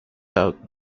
out